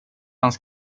hans